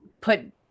put